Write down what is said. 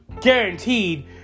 guaranteed